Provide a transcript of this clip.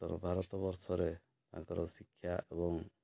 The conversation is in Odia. ଉତ୍ତର ଭାରତ ବର୍ଷରେ ତାଙ୍କର ଶିକ୍ଷା ଏବଂ